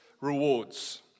Rewards